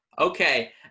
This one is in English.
Okay